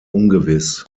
ungewiss